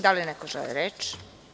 Da li neko želi reč?